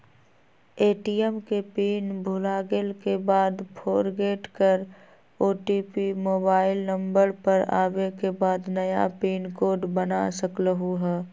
ATM के pin भुलागेल के बाद फोरगेट कर ओ.टी.पी मोबाइल नंबर पर आवे के बाद नया पिन कोड बना सकलहु ह?